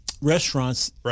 Restaurants